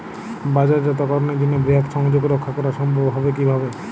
বাজারজাতকরণের জন্য বৃহৎ সংযোগ রক্ষা করা সম্ভব হবে কিভাবে?